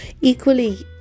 Equally